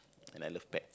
and I love pets